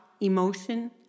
emotion